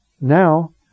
now